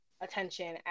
attention